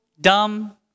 dumb